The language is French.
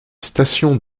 station